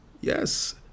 Yes